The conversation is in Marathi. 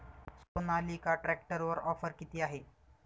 सोनालिका ट्रॅक्टरवर ऑफर किती आहे?